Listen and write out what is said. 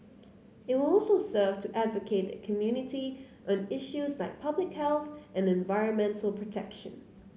it will also serve to advocate the community on issues like public health and environmental protection